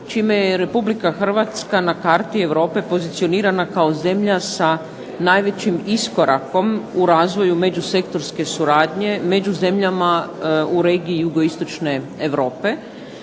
čime je Republika Hrvatska na karti Europe pozicionirana kao zemlja sa najvećim iskorakom u razvoju međusektorske suradnje među zemljama u regiji jugoistočne Europe.